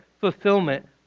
fulfillment